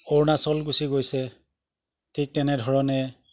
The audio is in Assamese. অৰুণাচল গুচি গৈছে ঠিক তেনেধৰণে